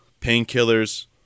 painkillers